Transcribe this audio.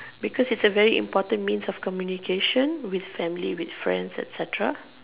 because it's a very important means of communication with family with friends etcetera